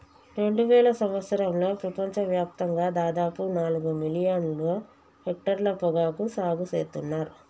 రెండువేల సంవత్సరంలో ప్రపంచ వ్యాప్తంగా దాదాపు నాలుగు మిలియన్ల హెక్టర్ల పొగాకు సాగు సేత్తున్నర్